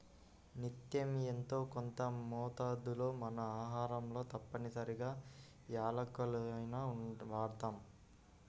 నిత్యం యెంతో కొంత మోతాదులో మన ఆహారంలో తప్పనిసరిగా యాలుక్కాయాలను వాడతాం